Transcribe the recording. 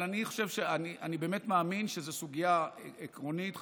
אני באמת מאמין שזו סוגיה עקרונית חשובה.